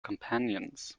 companions